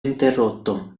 interrotto